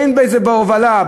בין בהובלה,